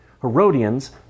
Herodians